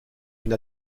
une